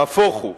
נהפוך הוא,